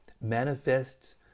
manifests